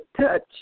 touch